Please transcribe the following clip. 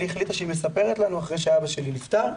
החליטה שהיא מספרת לנו אחרי שאבא שלי נפטר.